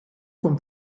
vom